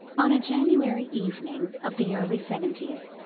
on a january evening of the early seventies,